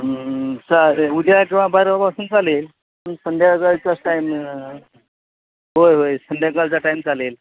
चालेल उद्या किंवा बारापासून चालेल संध्याकाळचाच टाईम मिळ होय होय संध्याकाळचा टाईम चालेल